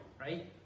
right